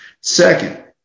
Second